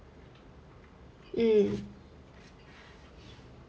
mm